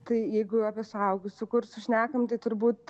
tai jeigu apie suaugusių kursus šnekam tai turbūt